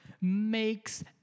makes